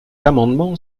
amendement